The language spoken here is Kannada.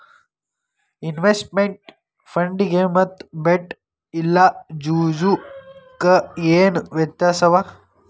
ಇನ್ವೆಸ್ಟಮೆಂಟ್ ಫಂಡಿಗೆ ಮತ್ತ ಬೆಟ್ ಇಲ್ಲಾ ಜೂಜು ಕ ಏನ್ ವ್ಯತ್ಯಾಸವ?